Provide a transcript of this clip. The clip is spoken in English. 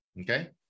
Okay